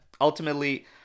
ultimately